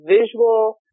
visual